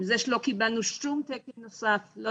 עם זה שלא קיבלנו שום תקן נוסף לא